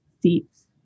seats